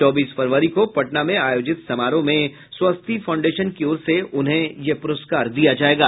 चौबीस फरवरी को पटना में आयोजित समारोह में स्वस्ति फाउंडेशन की ओर से उन्हें यह पुरस्कार दिया जायेगा